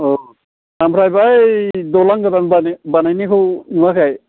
अ ओमफ्राय बै दालां गोदान बानायनायखौ नुवाखै